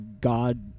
God